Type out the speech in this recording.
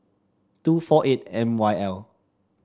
two four eight M Y L